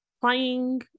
playing